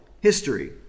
history